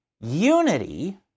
unity